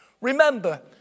Remember